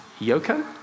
Yoko